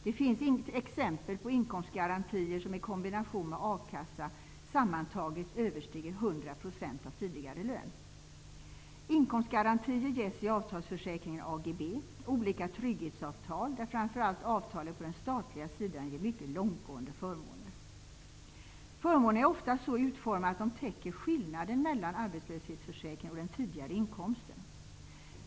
Det finns exempel på inkomstgarantier som i kombination med a-kassa sammantaget överstiger 100 % av tidigare lön. Inkomstgarantier ges i avtalsförsäkringen AGB och i olika trygghetsavtal, där framför allt avtalet på den statliga sidan ger mycket långtgående förmåner. Förmånerna är ofta så utformade att de täcker skillnaden mellan arbetslöshetsförsäkringen och den tidigare inkomsten.